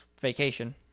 vacation